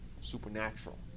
supernatural